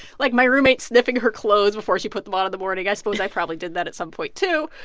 like, my roommate sniffing her clothes before she put them on in the morning. i suppose i probably did that at some point, too.